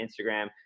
Instagram